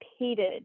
repeated